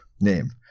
name